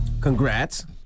Congrats